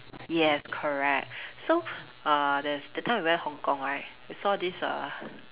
yes correct so err there's that time we went Hong-Kong right we saw this err